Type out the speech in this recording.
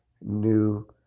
new